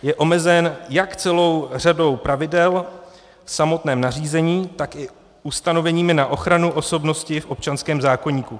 Je omezen jak celou řadou pravidel v samotném nařízení, tak i ustanoveními na ochranu osobnosti v občanském zákoníku.